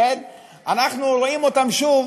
אנחנו רואים אותן שוב